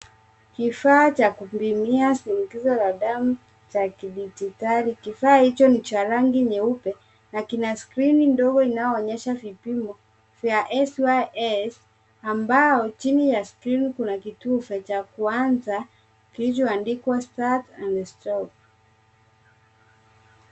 Kifaa cha kupimia shinikizo la damu cha kidijitali. Kifaa hicho ni cha rangi nyeupe na kina skrini ndogo inanyoonyesha vipimo na SYS ambayo chini ya skirni kuna kitufe cha kuanza kilicho andikwa start & stop .